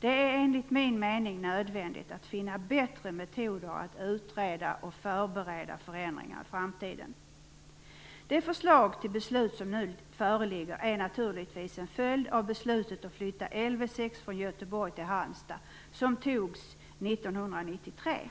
Det är enligt min mening nödvändigt att finna bättre metoder att utreda och förbereda förändringar i framtiden. Det förslag till beslut som nu föreligger är naturligtvis en följd av beslutet om att flytta LV 6 från Göteborg till Halmstad. Det beslutet fattades 1993.